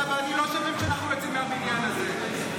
אתה ואני לא שווים כשאנחנו יוצאים מהבניין הזה.